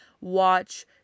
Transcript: watch